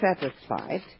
satisfied